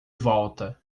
volta